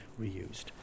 reused